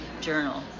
journal